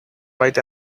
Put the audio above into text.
right